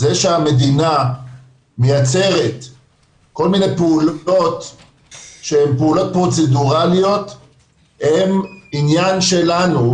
זה שהמדינה יוצרת כל מיני פעולות שהן פעולות פרוצדוראליות הן ענין שלנו,